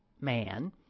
man